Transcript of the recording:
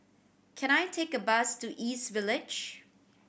can I take a bus to East Village